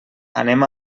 anem